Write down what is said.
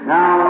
Now